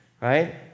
right